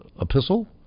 epistle